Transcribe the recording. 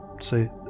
say